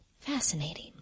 Fascinating